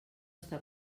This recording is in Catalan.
està